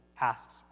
asks